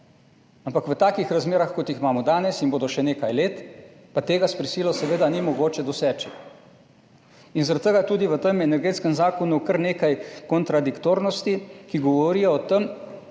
Ampak v takih razmerah, kot jih imamo danes in bodo še nekaj let, pa tega s prisilo seveda ni mogoče doseči. Zaradi tega je tudi v tem energetskem zakonu kar nekaj kontradiktornosti, ki govorijo o tem,